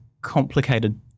complicated